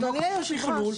אדוני היושב ראש, סליחה.